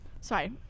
Sorry